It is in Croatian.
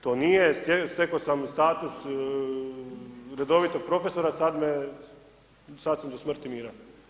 To nije stekao sam status redovitog profesora, sad sam do smrti miran.